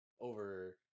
over